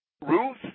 Ruth